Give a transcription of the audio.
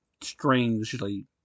strangely